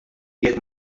jekk